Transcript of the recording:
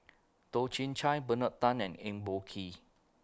Toh Chin Chye Bernard Tan and Eng Boh Kee